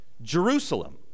Jerusalem